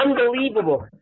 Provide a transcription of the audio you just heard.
unbelievable